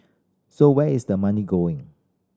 so where is the money going